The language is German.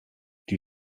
die